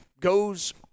goes